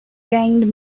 gained